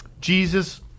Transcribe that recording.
jesus